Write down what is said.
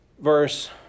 Verse